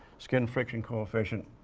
skin friction coefficient